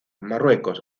marruecos